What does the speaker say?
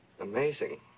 Amazing